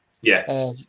Yes